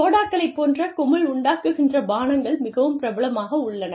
சோடாக்களை போன்ற குமிழ் உண்டாக்குகின்ற பானங்கள் மிகவும் பிரபலமாக உள்ளன